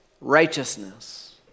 righteousness